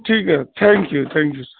ٹھیک ہے thank you thank you